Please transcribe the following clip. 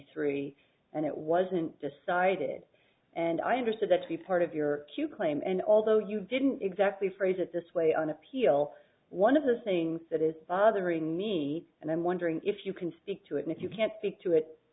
three and it wasn't decided and i understood that to be part of your q claim and although you didn't exactly phrase it this way on appeal one of the things that is bothering me and i'm wondering if you can speak to it if you can't speak to it